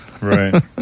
Right